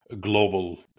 global